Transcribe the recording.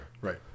Right